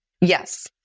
yes